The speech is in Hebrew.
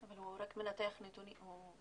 הוא רק מנתח נתונים.